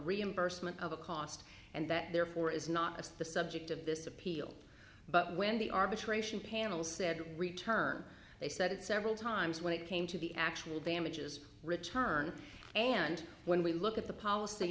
reimbursement of a cost and that therefore is not just the subject of this appeal but when the arbitration panel said return they said several times when it came to the actual damages return and when we look at the policy